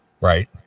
right